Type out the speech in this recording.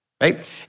right